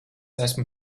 esmu